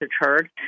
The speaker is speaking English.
heard